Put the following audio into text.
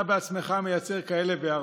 אתה בעצמך מייצר כאלה, והרבה.